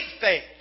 faith